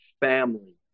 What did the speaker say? family